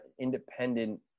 independent